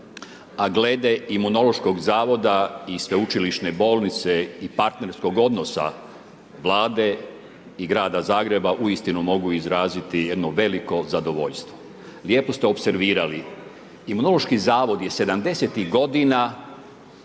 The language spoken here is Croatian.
A glede Imunološkog zavoda i sveučilišne bolnice i partnerskog odnosta Vlade i grada Zagreba uistinu mogu izraziti jedno veliko zadovoljstvo. Lijepo ste opservirali. Imunološki zavod je '70.-tih godina